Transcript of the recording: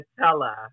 Nutella